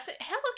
Hello